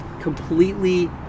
completely